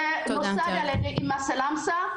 זה נוסד על ידי אימא סלמסה,